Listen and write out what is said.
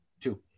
two